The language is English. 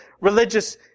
religious